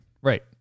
right